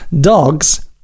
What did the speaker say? dogs